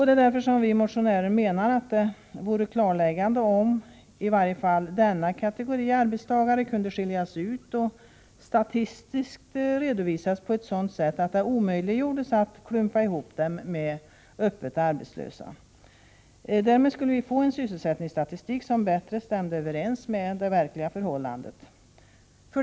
Det är därför som vi motionärer menar att det vore klarläggande om i varje fall denna kategori arbetstagare kunde skiljas ut och statistiskt redovisas på ett sådant sätt att det blev omöjligt att ”klumpa ihop” dem med öppet arbetslösa. Därmed skulle vi få en sysselsättningsstatistik som bättre stämde överens med det verkliga förhållandet.